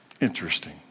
Interesting